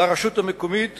לרשות המקומית